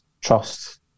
trust